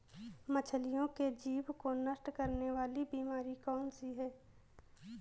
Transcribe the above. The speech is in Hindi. मछलियों के जीभ को नष्ट करने वाली बीमारी कौन सी है?